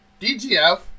DGF